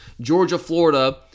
Georgia-Florida